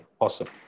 awesome